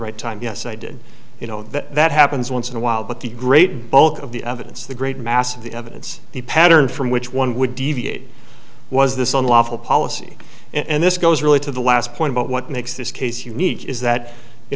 right time yes i did you know that happens once in a while but the great bulk of the evidence the great mass of the evidence the pattern from which one would deviate was this on lawful policy and this goes really to the last point but what makes this case unique is that you